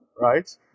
right